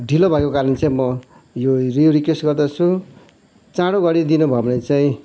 ढिलो भएको कारण चाहिँ म यो रिक्वेस्ट गर्दछु चाँडो गरिदिनु भयो भने चाहिँ